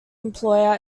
employer